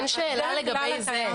אין שאלה לגבי זה.